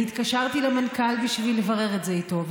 אני התקשרתי למנכ"ל בשביל לברר את זה איתו,